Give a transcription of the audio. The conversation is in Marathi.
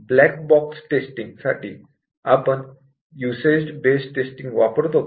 ब्लॅक बॉक्स टेस्टिंग साठी आपण यूसेज बेस्ड टेस्टिंग वापरतो का